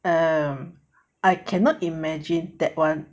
um I cannot imagine that [one]